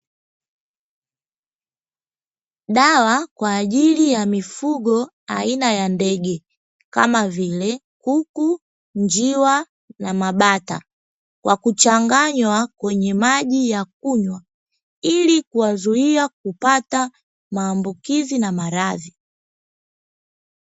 Dawa kwa ajili ya mifugo aina ya ndege kama vile: kuku, njiwa na mabata; kwa kuchanganywa kwenye maji ya kunywa ili kuwazuia kupata maambukizi na maradhi.